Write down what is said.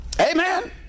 Amen